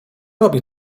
robi